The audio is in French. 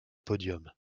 podium